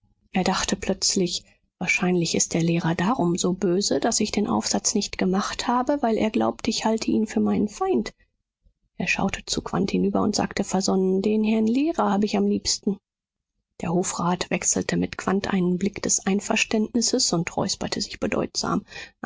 er dachte plötzlich wahrscheinlich ist der lehrer darum so böse daß ich den aufsatz nicht gemacht habe weil er glaubt ich halte ihn für meinen feind er schaute zu quandt hinüber und sagte versonnen den herrn lehrer hab ich am liebsten der hofrat wechselte mit quandt einen blick des einverständnisses und räusperte sich bedeutsam